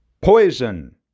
Poison